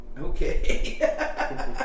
Okay